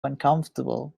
uncomfortable